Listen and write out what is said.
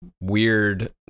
weird